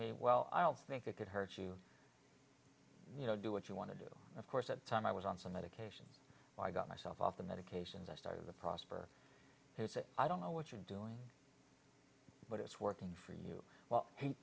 me well i'll think it could hurt you you know do what you want to do of course at the time i was on some medications i got myself off the medications i started to prosper who said i don't know what you're doing but it's working for you well he